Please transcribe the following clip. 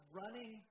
running